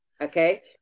Okay